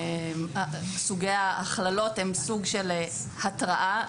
סוגי ההכללות הם סוג של התראה.